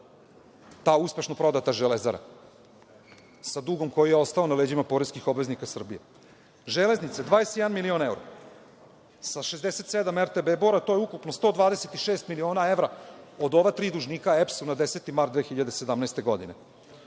ta uspešno prodata železara sa dugom koji je ostao na leđima poreskih obveznika Srbije. Železnice, 21 milion evra, sa 67 RTB Bora to je ukupno 126 miliona evra, od ova tri dužnika EPS na 10. mart 2017. godine. Pored